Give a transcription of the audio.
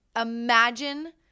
imagine